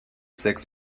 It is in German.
sechs